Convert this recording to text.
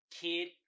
kid